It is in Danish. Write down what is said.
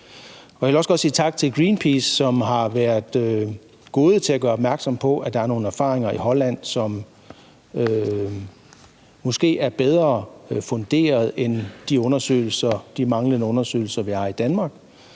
Jeg vil også gerne sige tak til Greenpeace, som har været gode til at gøre opmærksom på, at der er nogle erfaringer i Holland, som gør, at deres undersøgelser måske er bedre funderede end de undersøgelser, vi har i Danmark,